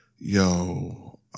Yo